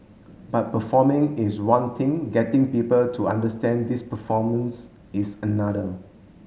but performing is one thing getting people to understand these performance is another